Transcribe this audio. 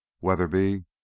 Weatherby